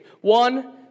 One